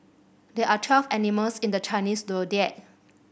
there are twelve animals in the Chinese Zodiac